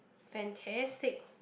fantastic